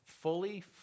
fully